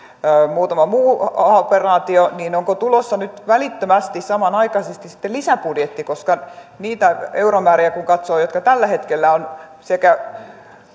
muutama muu operaatio että on tulossa nyt välittömästi samanaikaisesti sitten lisäbudjetti koska niitä euromääriä kun katsoo jotka tällä hetkellä ovat sekä